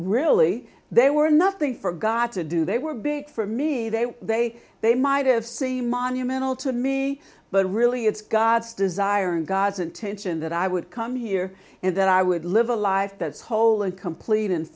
really they were nothing for god to do they were big for me they were they they might have seemed monumental to me but really it's god's desire and god's intention that i would come here and that i would live a life that is whole and complete and